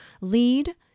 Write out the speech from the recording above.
lead